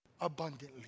abundantly